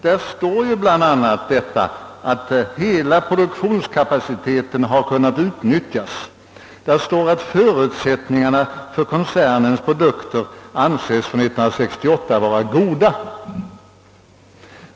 Det heter där bl.a. att hela produktionskapaciteten har kunnat utnyttjas och att förutsättningarna för koncernens produkter för 1968 anses vara goda.